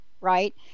right